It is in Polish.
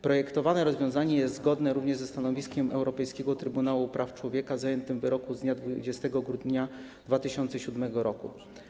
Projektowane rozwiązanie jest zgodne również ze stanowiskiem Europejskiego Trybunału Praw Człowieka zawartym w wyroku z dnia 20 grudnia 2007 r.